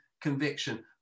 conviction